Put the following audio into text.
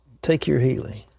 take your healing.